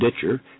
Ditcher